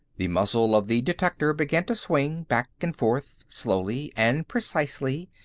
the muzzle of the detector began to swing back and forth slowly and precisely,